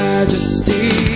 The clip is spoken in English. Majesty